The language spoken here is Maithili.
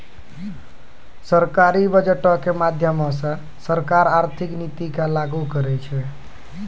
सरकारी बजटो के माध्यमो से सरकार आर्थिक नीति के लागू करै छै